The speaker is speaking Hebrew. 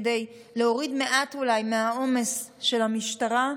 כדי להוריד מעט אולי מהעומס של המשטרה,